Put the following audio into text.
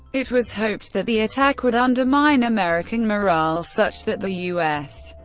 it was hoped that the attack would undermine american morale such that the u s.